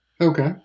Okay